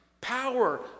Power